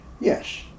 Yes